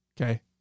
okay